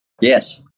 Yes